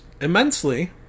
immensely